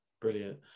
brilliant